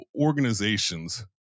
organizations